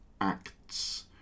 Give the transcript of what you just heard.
acts